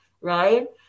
right